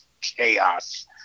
chaos